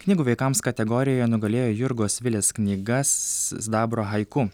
knygų vaikams kategorijoje nugalėjo jurgos vilės knyga sidabro haiku